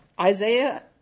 Isaiah